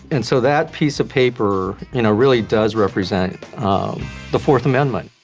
and so that piece of paper you know really does represent the fourth amendment.